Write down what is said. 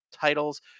titles